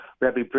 rabbi